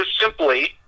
simply